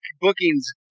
bookings